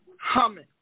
Humming